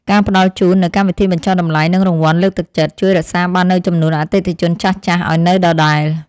ការផ្ដល់ជូននូវកម្មវិធីបញ្ចុះតម្លៃនិងរង្វាន់លើកទឹកចិត្ត ជួយរក្សាបាននូវចំនួនអតិថិជនចាស់ៗឱ្យនៅដដែល។